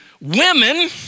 women